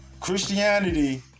Christianity